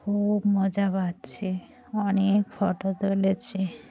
খুব মজা পাচ্ছি অনেক ফটো তুলেছি